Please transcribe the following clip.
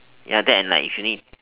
ya that and like if you need